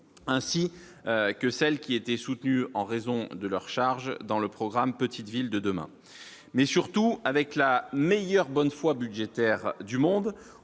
ainsi que celles qui était soutenu en raison de leurs charges dans le programme Petites Villes de demain, mais surtout avec la meilleure bonne foi budgétaire du monde,